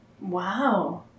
Wow